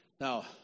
Now